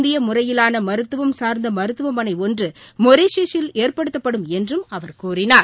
இந்திய முறையினலான மருத்தும் சார்ந்த மருத்துவமனை ஒன்று மொரீஷியஸில் ஏற்படுத்தப்படும் என்றும் அவர் கூறினார்